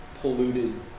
polluted